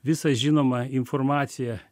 visą žinomą informaciją